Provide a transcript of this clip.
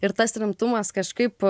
ir tas rimtumas kažkaip